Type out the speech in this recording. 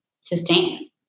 Sustain